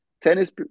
tennis